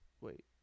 wait